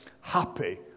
happy